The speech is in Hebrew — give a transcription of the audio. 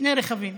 שני רכבים